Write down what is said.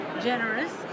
generous